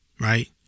Right